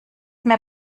mehr